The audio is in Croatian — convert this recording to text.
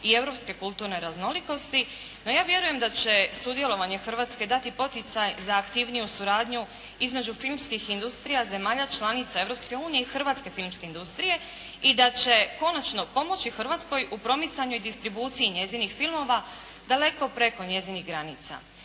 i europske kulturne raznolikosti. No ja vjerujem da će sudjelovanje Hrvatske dati poticaj za aktivniju suradnju između filmskih industrija zemlja članica Europske unije i hrvatske filmske industrije i da će konačno pomoći Hrvatskoj u promicanju i distribuciji njezinih filmova daleko preko njezinih granica